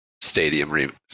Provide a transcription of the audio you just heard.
stadium